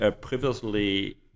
previously